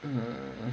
uh